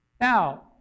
Now